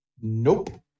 Nope